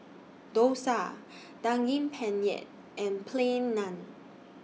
Dosa Daging Penyet and Plain Naan